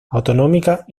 autonómicas